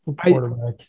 quarterback